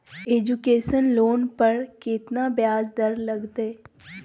Education loan पर केतना ब्याज दर लगतई?